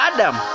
Adam